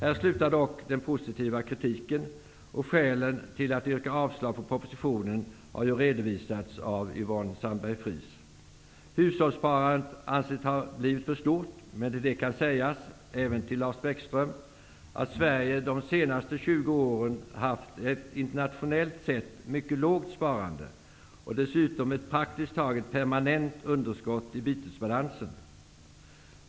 Här slutar dock den positiva kritiken, och skälen till att avstyrka propositionen har ju redovisats av Hushållssparandet anses ha blivit för stort. Men till det kan sägas, även till Lars Bäckström, att Sverige under de senaste 20 åren har haft ett internationellt sett mycket lågt sparande och dessutom ett praktiskt taget permanent underskott i bytesbalansen.